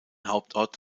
hauptort